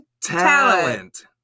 talent